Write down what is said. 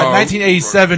1987